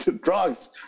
drugs